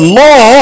law